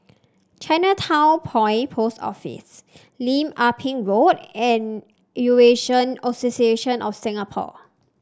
Chinatown Point Post Office Lim Ah Pin Road and Eurasian Association of Singapore